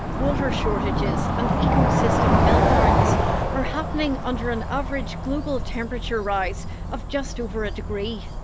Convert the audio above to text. water shortages and ecosystem meltdowns are happening under an average global temperature rise of just over a degree.